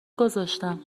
گذاشتم